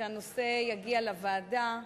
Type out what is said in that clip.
כשהנושא יגיע לוועדה,